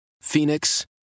Phoenix